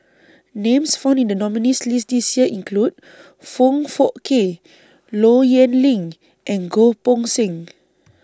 Names found in The nominees' list This Year include Foong Fook Kay Low Yen Ling and Goh Poh Seng